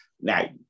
Now